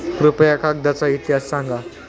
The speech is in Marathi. कृपया कागदाचा इतिहास सांगा